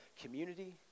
community